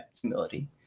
humility